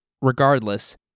Regardless